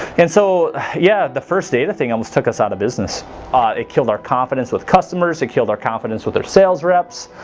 and so yeah the first data thing almost took us out of business ah it killed our confidence with customers who killed our confidence with their sales reps